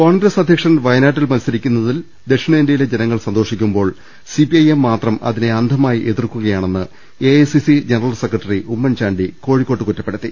കോൺഗ്രസ് അധ്യക്ഷൻ വയനാട്ടിൽ മത്സരിക്കുന്നതിൽ ദക്ഷിണേ ന്ത്യയിലെ ജനങ്ങൾ സന്തോഷിക്കുമ്പോൾ സി പി ഐ എം മാത്രം അതിനെ അന്ധമായി എതിർക്കുകയാണെന്ന് A I C C general secretary Oommen Chandy കോഴിക്കോട്ട് കുറ്റപ്പെടുത്തി